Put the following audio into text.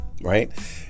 right